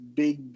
big